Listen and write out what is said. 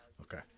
Okay